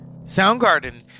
Soundgarden